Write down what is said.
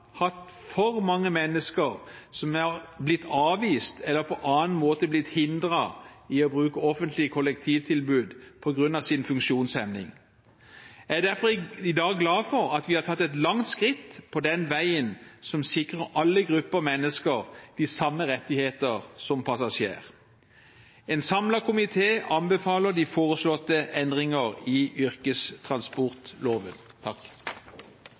vært for mange mennesker som har blitt avvist eller på annen måte blitt hindret i å bruke offentlige kollektivtilbud på grunn av sin funksjonshemning. Jeg er derfor glad for at vi i dag har tatt et langt skritt på den veien som sikrer alle grupper mennesker de samme rettighetene som passasjerer. En samlet komité anbefaler de foreslåtte endringer i yrkestransportloven.